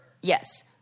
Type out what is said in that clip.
yes